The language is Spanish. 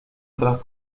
otras